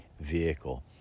vehicle